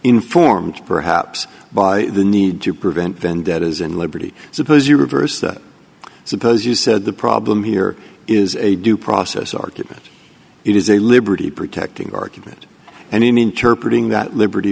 informed perhaps by the need to prevent vendettas and liberty suppose you reverse that suppose you said the problem here is a due process argument it is a liberty protecting argument and in interpret ing that liberty